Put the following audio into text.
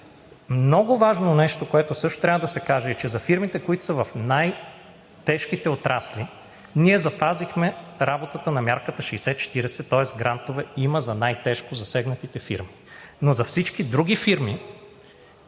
Много важно нещо, което също трябва да се каже, е, че за фирмите, които са в най-тежките отрасли, ние запазихме работата на мярката 60/40, тоест грантове има за най-тежко засегнатите фирми. За всички други фирми